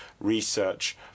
research